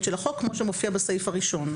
של החוק כמו שמופיע בסעיף הראשון.